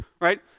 Right